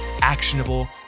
actionable